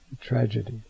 Tragedy